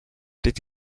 did